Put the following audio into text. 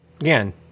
Again